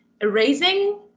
erasing